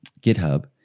GitHub